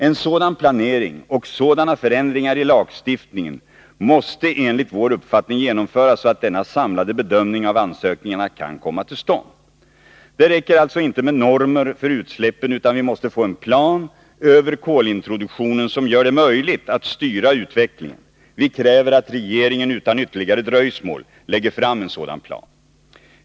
En sådan planering och sådana förändringar i lagstiftningen måste enligt vår uppfattning genomföras att denna samlade bedömning av ansökningarna kan komma till stånd. Det räcker alltså inte med normer för utsläppen, utan vi måste få en plan för kolintroduktionen som gör det möjligt att styra utvecklingen. Vi kräver att regeringen utan ytterligare dröjsmål lägger fram en sådan plan.